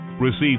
Receive